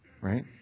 right